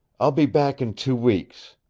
i'll be back in two weeks.